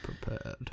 prepared